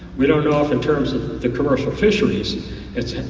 we don't know if in terms of the commercial fisheries if it's